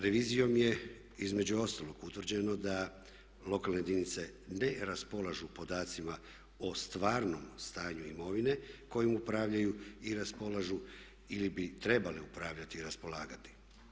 Revizijom je između ostalog utvrđeno da lokalne jedinice ne raspolažu podacima o stvarnom stanju imovine kojim upravljaju i raspolažu ili bi trebale upravljati i raspolagati.